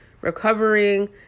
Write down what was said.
recovering